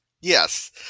Yes